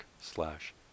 slash